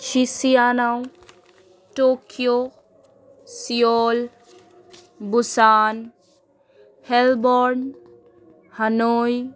সিসিয়ানাউ Tokyo Seoul Busan Melbourne Hanoi